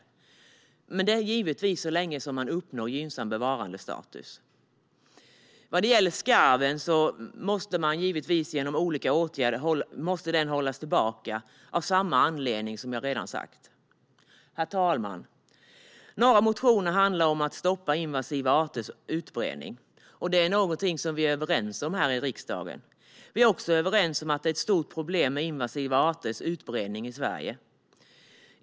Detta gäller givetvis så länge som man uppnår gynnsam bevarandestatus. När det gäller skarven måste den genom olika åtgärder hållas tillbaka av samma anledning som jag tidigare anfört. Herr talman! Några motioner handlar om att stoppa invasiva arters utbredning. Detta är vi i riksdagen överens om. Vi är också överens om att invasiva arters utbredning i Sverige är ett stort problem.